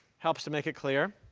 helps to make it clear.